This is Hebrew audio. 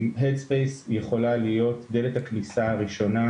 הדספייס יכולה להיות דלת הכניסה הראשונה,